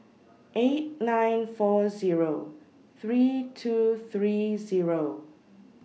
eight nine four Zero three two three Zero